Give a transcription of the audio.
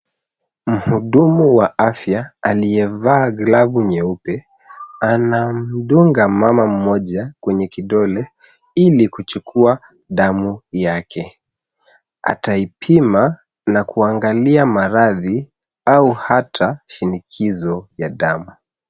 Mhudumu wa afya aliyevaa glavu nyeupe anamdunga mama mmoja kwenye kidole ili kuchukua damu yake. Ataipima na kuangalia maradhi au hata shinikizo ya damu.